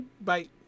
bye